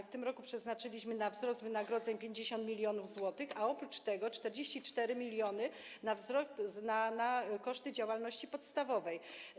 W tym roku przeznaczyliśmy na wzrost wynagrodzeń 50 mln zł, a oprócz tego 44 mln na koszty działalności podstawowej.